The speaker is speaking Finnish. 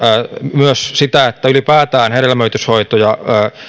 myös sitä että ylipäätään hedelmöityshoitoja